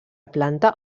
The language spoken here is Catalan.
planta